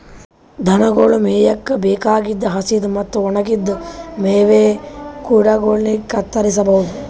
ದನಗೊಳ್ ಮೇಯಕ್ಕ್ ಬೇಕಾಗಿದ್ದ್ ಹಸಿದ್ ಮತ್ತ್ ಒಣಗಿದ್ದ್ ಮೇವ್ ಕುಡಗೊಲಿನ್ಡ್ ಕತ್ತರಸಬಹುದು